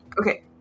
Okay